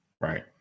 right